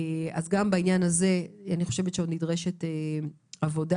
אז גם בעניין הזה עוד נדרשת עבודה.